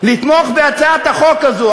לתמוך בהצעת החוק הזאת.